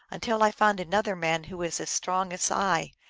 until i find another man who is as strong as i.